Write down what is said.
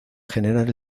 generar